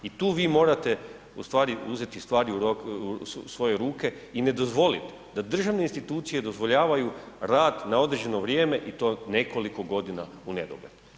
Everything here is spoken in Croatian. I tu vi morate, u stvari uzeti stvari u svoje ruke i ne dozvolit da državne institucije dozvoljavaju rad na određeno vrijeme, i to nekoliko godina unedogled.